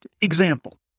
example